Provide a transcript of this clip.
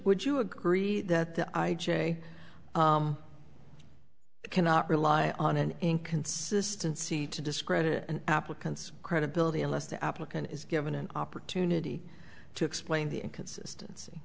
would you agree that the i j a cannot rely on an inconsistency to discredit an applicant's credibility unless the applicant is given an opportunity to explain the inconsistency